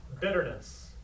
Bitterness